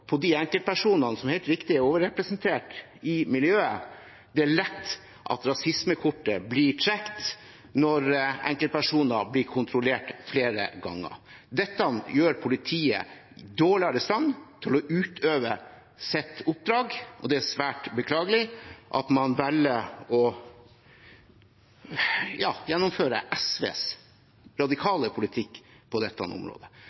de enkeltpersonene som helt riktig er overrepresentert i miljøet. Det er lett for at rasismekortet blir trukket når enkeltpersoner blir kontrollert flere ganger. Dette gjør politiet dårligere i stand til å utøve sitt oppdrag, og det er svært beklagelig at man velger å gjennomføre SVs radikale politikk på dette området.